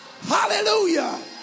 hallelujah